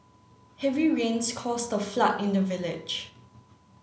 heavy rains caused a flood in the village